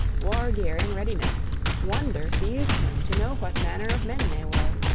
war-gear in readiness wonder seized him to know what manner of men they were.